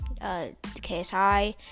KSI